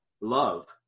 love